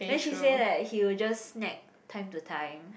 then she say that he will just snack time to time